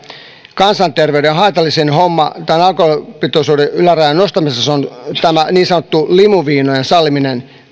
kansanterveydelle haitallisin homma alkoholipitoisuuden ylärajan nostamisessa on niin sanottujen limuviinojen salliminen